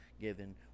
given